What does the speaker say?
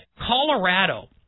Colorado